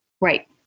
Right